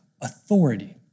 authority